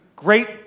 Great